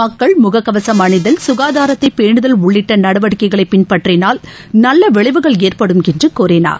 மக்கள் முகக்வசம் அணிதல் சுகாதாரத்தை பேனுதல் உள்ளிட்ட நடவடிக்கைகளை பின்பற்றினால் நல்ல விளைவுகள் ஏற்படும் என்று கூறினார்